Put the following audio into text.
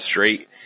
straight